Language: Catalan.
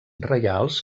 reials